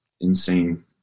insane